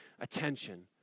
attention